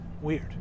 Weird